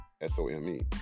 S-O-M-E